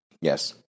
Yes